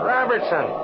Robertson